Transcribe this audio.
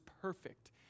perfect